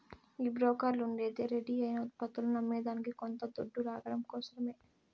ఈ బోకర్లుండేదే రెడీ అయిన ఉత్పత్తులని అమ్మేదానికి కొంత దొడ్డు లాగడం కోసరమే